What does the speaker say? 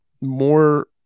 more